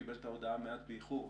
שקיבל את ההודעה מעט באיחור,